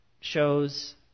shows